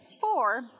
four